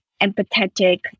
empathetic